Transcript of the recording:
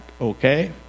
okay